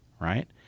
right